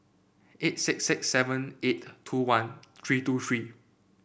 eight six six seven eight two one three two three